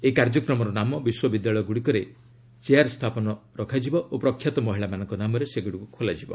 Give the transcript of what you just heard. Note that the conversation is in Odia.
ଏହି କାର୍ଯ୍ୟକ୍ରମର ନାମ ବିଶ୍ୱବିଦ୍ୟାଳୟଗୁଡ଼ିକରେ ଚେୟାର ସ୍ଥାପନ ରଖାଯିବ ଓ ପ୍ରଖ୍ୟାତ ମହିଳାମାନଙ୍କ ନାମରେ ସେଗୁଡ଼ିକୁ ଖୋଲାଯିବ